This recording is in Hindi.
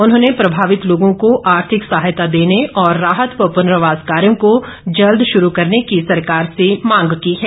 उन्होंने प्रभावित लोगों को आर्थिक सहायता देने ँऔर राहत व प्नर्वास कार्यों को जल्द शरू करने की सरकार से मांग की है